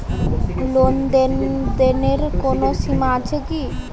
লেনদেনের কোনো সীমা আছে কি?